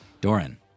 Doran